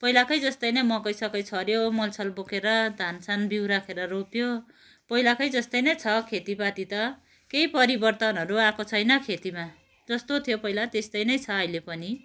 पहिलाकै जस्तै नै मकैसकै छऱ्यो मलसल बोकेर धानसान बिउ राखेर रोप्यो पहिलाकै जस्तै नै छ खेतीपाती त केही परिवर्तनहरू आएको छैन खेतीमा जस्तो थियो पहिला त्यस्तै नै छ अहिले पनि